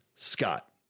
Scott